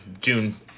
June